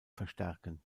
verstärken